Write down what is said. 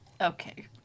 Okay